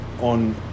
on